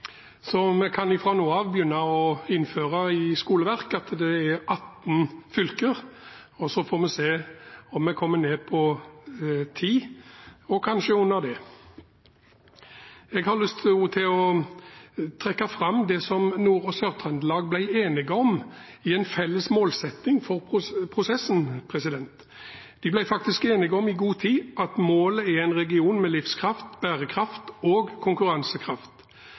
det. Jeg har lyst til å trekke fram det som Nord- og Sør-Trøndelag ble enige om i en felles målsetting for prosessen. De ble i god tid enige om at målet er en region med livskraft, bærekraft og konkurransekraft.